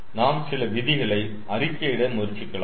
நாம் சில விதிகளை அறிக்கையிட முயற்சிக்கலாம்